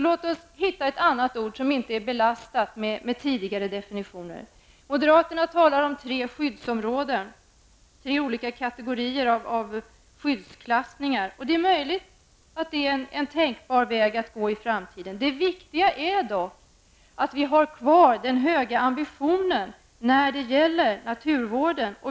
Låt oss hitta ett annat ord som inte är belastat med tidigare definitioner. Moderaterna talar om tre olika kategorier av skyddsklassningar. Det är möjligt att det är en tänkbar väg att gå i framtiden. Det viktiga är dock att vi har kvar den höga ambitionen när det gäller naturvården.